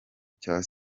cya